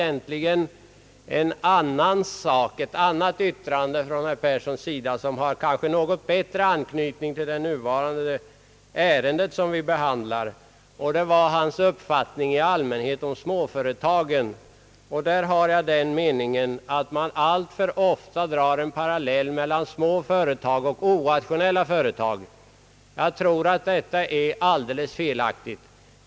Ett annat yttrande av herr Persson har något bättre anknytning till det ärende vi nu behandlar, och det gäller hans uppfattning i allmänhet om småföretagen. Där har jag den meningen att man alltför ofta drar en parallell mellan små företag och orationella företag. Detta är alldeles felaktigt.